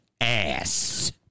ass